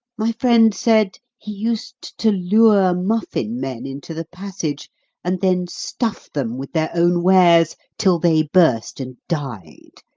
my friend said he used to lure muffin-men into the passage and then stuff them with their own wares till they burst and died.